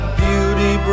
beauty